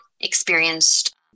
experienced